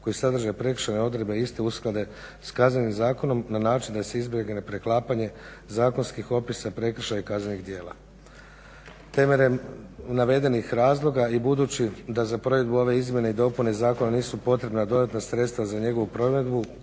koji sadrže prekršajne odredbe iste usklade s Kaznenim zakonom, na način da se izbjegne preklapanje zakonskih opisa prekršaja i kaznenih djela. Temeljem navedenih razloga i budući da za provedbu ove izmjene i dopune zakona nisu potrebna dodatna sredstva za njegovu provedbu